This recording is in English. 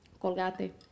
Colgate